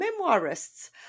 memoirists